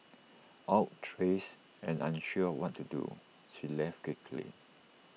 outrages and unsure of what to do she left quickly